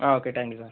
ആ okay thank you sir